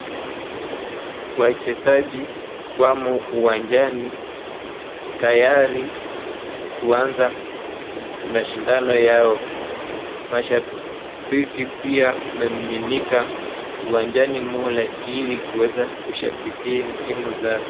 Wachezaji wamo uwanjani tayari kuanza mashindano yao. Mashabiki pia wamemiminika uwanjani mule ili kuweza kushabikia timu zao.